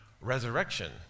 Resurrection